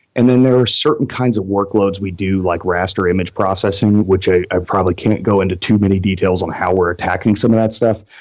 and there are certain kinds of workloads we do, like raster image processing which i probably can't go into too many details on how we're attacking some of that stuff.